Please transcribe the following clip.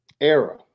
era